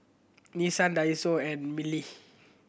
Nissin Daiso and Mili